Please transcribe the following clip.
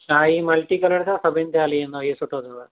हा हीउ multi colour अथव सभिनि ते हली वेंदव हीउ सुठो अथव